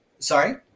Sorry